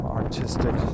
artistic